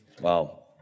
Wow